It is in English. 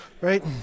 Right